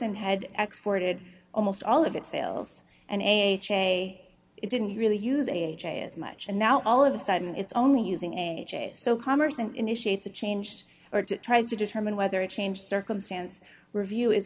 n had exploited almost all of its sales and a j it didn't really use a j as much and now all of a sudden it's only using a j so commerce and initiate the changed or to try to determine whether a change circumstance review is